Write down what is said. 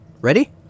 Ready